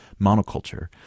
monoculture